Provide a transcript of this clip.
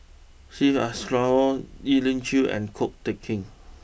Syed Alsagoff Elim Chew and Ko Teck Kin